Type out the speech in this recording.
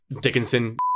Dickinson